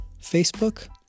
Facebook